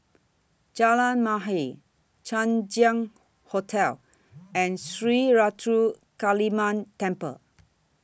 Jalan Mahir Chang Ziang Hotel and Sri Ruthra Kaliamman Temple